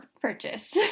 purchase